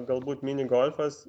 galbūt mini golfas